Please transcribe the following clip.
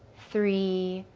three,